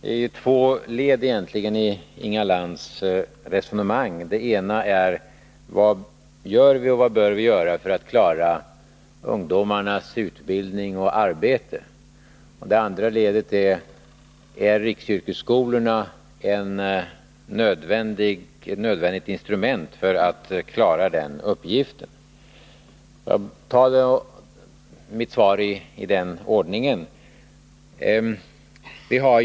Herr talman! Det är egentligen två led i Inga Lantz resonemang. I det ena ställs frågan: Vad gör vi och vad bör vi göra för att klara ungdomarnas utbildning och arbete? I det andra frågas: Är riksyrkesskolorna ett nödvändigt instrument för att klara den uppgiften? Jag behandlar frågorna i den ordningen i mitt svar.